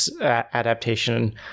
adaptation